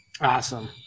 Awesome